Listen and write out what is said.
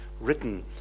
written